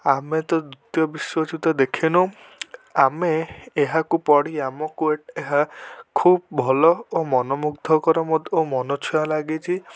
ଆମେ ତ ଦ୍ଵିତୀୟ ବିଶ୍ୱଯୁଦ୍ଧ ଦେଖିନୁ ଆମେ ଏହାକୁ ପଢ଼ି ଆମକୁ ଏହା ଖୁବ୍ ଭଲ ଓ ମନମୁଗ୍ଧକର ଓ ମନଛୁଆଁ ଲାଗିଛି